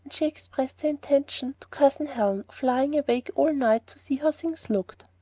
she expressed her intention to cousin helen of lying awake all night to see how things looked.